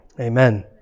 Amen